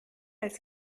als